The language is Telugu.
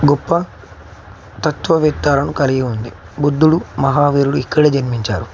గొప్ప తత్వవేత్తలను కలిగి ఉంది బుద్ధుడు మహావీరుడు ఇక్కడే జన్మించారు